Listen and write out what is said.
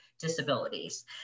disabilities